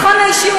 מועסקים.